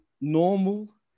normal